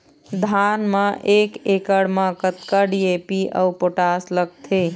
धान म एक एकड़ म कतका डी.ए.पी अऊ पोटास लगथे?